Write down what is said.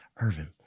Irvin